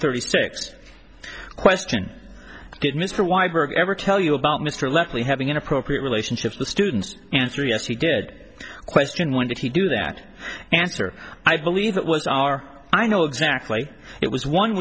thirty six question did mr wiberg ever tell you about mr lepley having inappropriate relationships with students answer yes he did question when did he do that answer i believe it was our i know exactly it was one